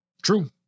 true